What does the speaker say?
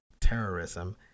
terrorism